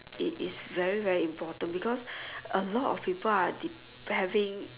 it is very very important because a lot of people are de~ having